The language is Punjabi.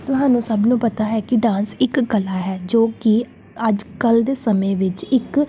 ਤੁਹਾਨੂੰ ਸਭ ਨੂੰ ਪਤਾ ਹੈ ਕਿ ਡਾਂਸ ਇੱਕ ਕਲਾ ਹੈ ਜੋ ਕਿ ਅੱਜ ਕੱਲ੍ਹ ਦੇ ਸਮੇਂ ਵਿੱਚ ਇੱਕ